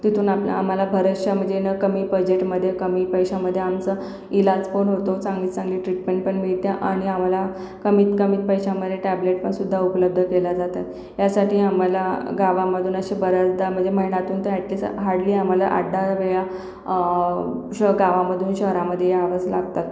तिथून आपलं आम्हाला बऱ्याचशा म्हणजे न कमी बजेटमध्ये कमी पैशामध्ये आमचं इलाज पण होतो चांगली चांगली ट्रीटमेंट पण मिळते आणि आम्हाला कमीत कमीत पैशामध्ये टॅबलेट पण सुद्धा उपलब्ध केल्या जातात यासाठी आम्हाला गावामधून असे बऱ्याचदा म्हणजे महिन्यातून ते अॅटलिस्ट हार्डली आम्हाला आठ दहावेळा श गावामधून शहरामध्ये यावंच लागतात